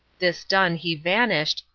this done, he vanished,